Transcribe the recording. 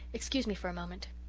excuse me for a moment.